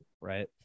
right